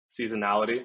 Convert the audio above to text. seasonality